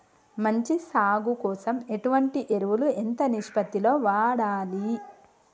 మంచి సాగు కోసం ఎటువంటి ఎరువులు ఎంత నిష్పత్తి లో వాడాలి?